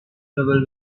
trouble